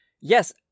Yes